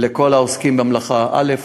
לכל העוסקים במלאכה: א.